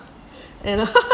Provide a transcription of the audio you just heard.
you know